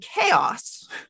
chaos